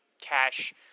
Cash